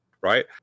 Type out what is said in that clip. right